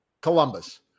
Columbus